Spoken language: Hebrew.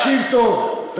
תקשיב טוב.